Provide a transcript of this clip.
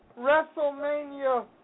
WrestleMania